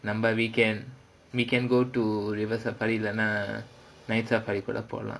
நம்ம:namma weekend we can go to river safari இல்லனா:illanaa night safari கூட போகலாம்:kooda pogalaam